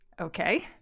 Okay